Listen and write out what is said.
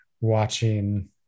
watching